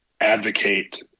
advocate